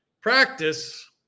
Practice